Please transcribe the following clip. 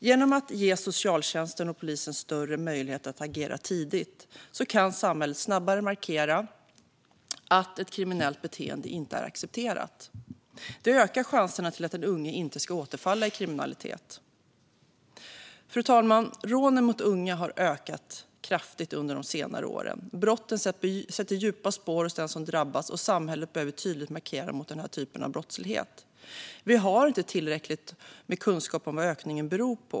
Genom att ge socialtjänsten och polisen större möjligheter att agera tidigt kan samhället snabbare markera att ett kriminellt beteende inte är accepterat. Det ökar chanserna för att den unge inte ska återfalla i kriminalitet. Fru talman! Rånen mot unga har ökat kraftigt på senare år. Brotten sätter djupa spår hos den som drabbas, och samhället behöver tydligt markera mot den typen av brottslighet. Vi har inte tillräckligt med kunskap om vad ökningen beror på.